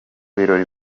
birori